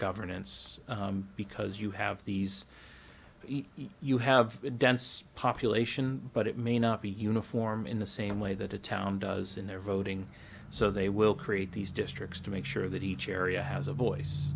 governance because you have these you have dense population but it may not be uniform in the same way that a town does in their voting so they will create these districts to make sure that each area has a voice